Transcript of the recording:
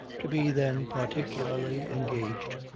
to be then particularly engaged,